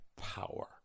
power